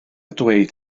dweud